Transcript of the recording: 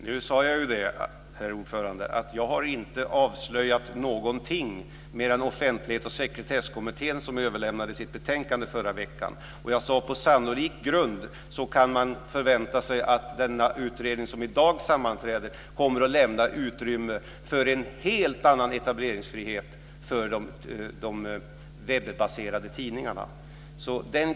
Fru talman! Jag sade att jag inte har avslöjat någonting, eftersom Offentlighets och sekretesskommittén lade fram sitt betänkande i förra veckan. Jag sade att man på sannolik grund kan förvänta sig att den utredning som i dag sammanträder kommer att lämna utrymme för en helt annan etableringsfrihet för de webb-baserade tidningarna.